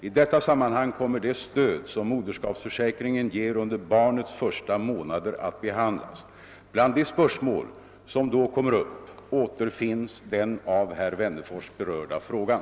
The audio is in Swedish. I detta sammanhang kommer det stöd som moderskapsförsäkringen ger under barnets första månader att behandlas. Bland de spörsmål som då kommer upp återfinns den av herr Wennerfors berörda frågan.